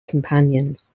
companions